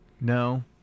No